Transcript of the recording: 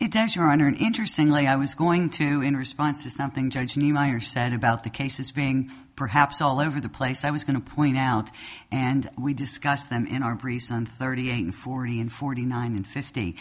it does your honor an interesting lay i was going to in response to something judge niemeyer said about the cases being perhaps all over the place i was going to point out and we discussed them in our present thirty eight and forty and forty nine and fifty